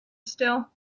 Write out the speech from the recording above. still